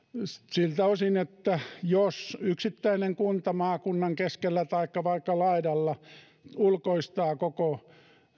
siltä osin että jos yksittäinen kunta maakunnan keskellä taikka vaikka laidalla ulkoistaa koko